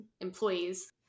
employees